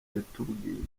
yatubwiye